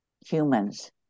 humans